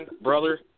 brother